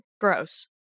gross